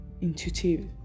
Intuitive